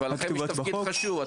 אבל לכם יש תפקיד חשוב.